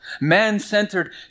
man-centered